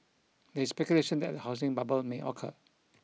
there is speculation that a housing bubble may occur